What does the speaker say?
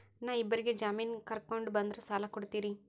ನಾ ಇಬ್ಬರಿಗೆ ಜಾಮಿನ್ ಕರ್ಕೊಂಡ್ ಬಂದ್ರ ಸಾಲ ಕೊಡ್ತೇರಿ?